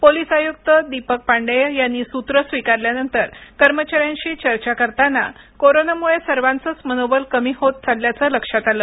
police आयुक्त दीपक पांडेय यांनी सूत्र स्वीकारल्यानंतर कर्मचा यांशी चर्चा करताना कोरोनामुळे सर्वांचेच मनोबल कमी होत चालल्याचं लक्षात आलं